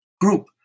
group